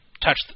touch